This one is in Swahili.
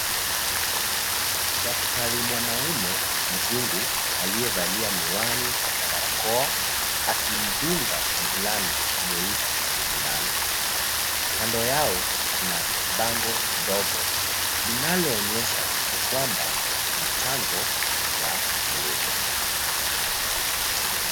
Daktari mwanaume mzungu aliyevalia miwani na barakoa akimdunga mvulana mweusi sindano. Kando yao kuna bango dogo linaloonyesha kwamba ni chanjo ya malaria.